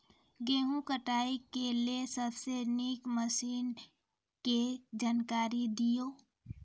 गेहूँ कटाई के लेल सबसे नीक मसीनऽक जानकारी दियो?